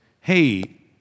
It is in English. hey